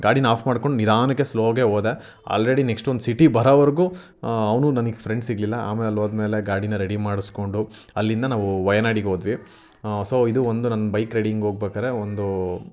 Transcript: ಗಾಡಿನ ಆಫ್ ಮಾಡ್ಕೊಂಡು ನಿಧಾನಕ್ಕೆ ಸ್ಲೋಗೇ ಹೋದೆ ಆಲ್ರೆಡಿ ನೆಕ್ಸ್ಟ್ ಒಂದು ಸಿಟಿ ಬರೋವರ್ಗೂ ಅವನೂ ನನಗೆ ಫ್ರೆಂಡ್ ಸಿಗಲಿಲ್ಲ ಆಮೇಲೆ ಅಲ್ಲೋದ್ಮೇಲೆ ಗಾಡಿನ ರೆಡಿ ಮಾಡಿಸ್ಕೊಂಡು ಅಲ್ಲಿಂದ ನಾವು ವಯನಾಡಿಗೆ ಹೋದ್ವಿ ಸೊ ಇದು ಒಂದು ನನ್ನ ಬೈಕ್ ರೈಡಿಂಗ್ ಹೋಗ್ಬೇಕಾರೆ ಒಂದು